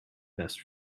best